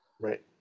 right